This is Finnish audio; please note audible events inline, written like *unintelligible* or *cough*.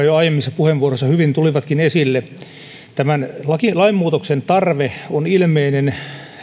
*unintelligible* jo aiemmissa puheenvuoroissa hyvin tulivatkin esille tämän lainmuutoksen tarve on ilmeinen